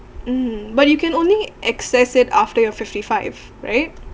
hmm but you can only access it after you're fifty five right